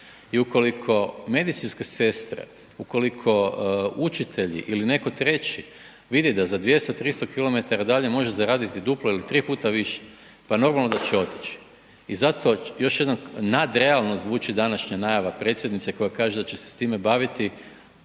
I ukoliko medicinske sestre, ukoliko učitelji ili netko treći vidi da za 200, 300 km dalje može zaraditi duplo ili 3x više pa normalno da će otići. I zato još jednom nadrealno zvuči današnja najava predsjednice koja kaže da će se time baviti